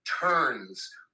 turns